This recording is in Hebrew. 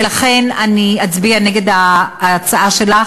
ולכן אני אצביע נגד ההצעה שלך.